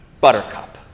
Buttercup